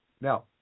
Now